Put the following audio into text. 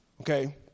Okay